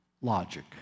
logic